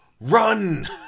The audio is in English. Run